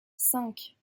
cinq